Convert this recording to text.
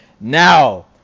Now